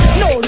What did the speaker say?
no